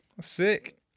sick